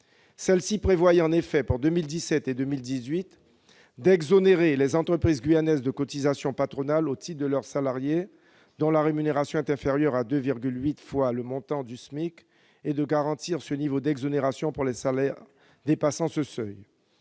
Celui-ci prévoyait effectivement, pour 2017 et 2018, d'exonérer les entreprises guyanaises de cotisations patronales au titre de leurs salariés dont la rémunération est inférieure à 2,8 fois le montant du SMIC et de garantir ce niveau d'exonération pour les salaires dépassant ce seuil.